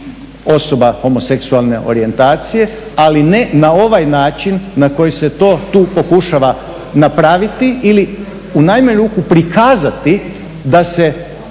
osoba homoseksualne orijentacije ali ne na ovaj način na koji se to tu pokušava napraviti ili u najmanju ruku prikazati da se